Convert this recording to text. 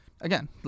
again